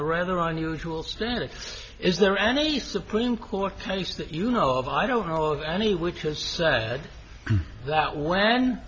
a rather unusual spirit is there any supreme court case that you know of i don't know of any which has said that when